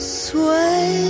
sway